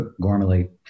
Gormley